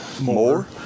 more